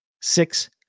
six